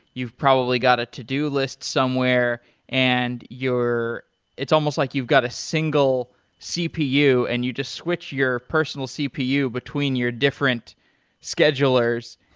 you've probably got a to do list somewhere and it's almost like you've got a single cpu and you just switch your personal cpu between your different schedulers